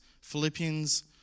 Philippians